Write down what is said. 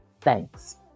Thanks